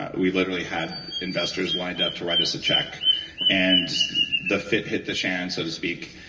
ah we literally had investors lined up to write us a check and the fit hit the shan, so to speak,